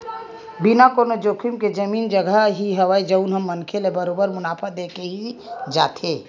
बिना कोनो जोखिम के जमीन जघा ही हवय जउन ह मनखे ल बरोबर मुनाफा देके ही जाथे